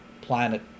planet